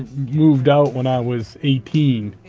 moved out when i was eighteen.